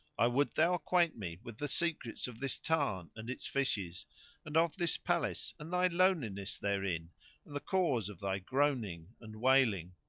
i would thou acquaint me with the secrets of this tarn and its fishes and of this palace and thy loneliness therein and the cause of thy groaning and wailing.